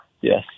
Yes